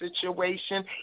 situation